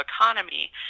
economy